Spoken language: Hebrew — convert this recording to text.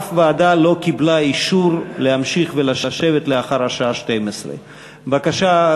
אף ועדה לא קיבלה אישור להמשיך לשבת לאחר השעה 12:00. בבקשה,